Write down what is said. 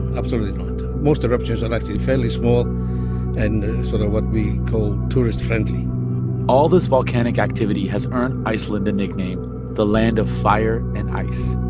absolutely not. most eruptions are and actually fairly small and sort of what we call tourist-friendly all this volcanic activity has earned iceland the nickname the land of fire and ice.